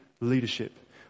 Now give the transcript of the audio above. leadership